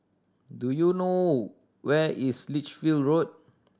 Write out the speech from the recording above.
do you know where is Lichfield Road